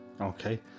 Okay